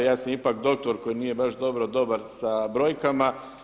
Ja sam ipak doktor koji baš dobro dobar sa brojkama.